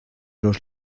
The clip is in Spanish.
los